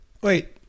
wait